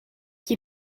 qui